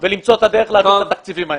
ולמצוא את הדרך להעביר את התקציבים האלה.